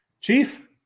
Chief